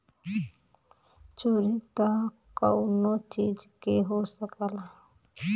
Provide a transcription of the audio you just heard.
चोरी त कउनो चीज के हो सकला